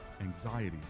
anxiety